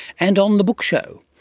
and on the book show.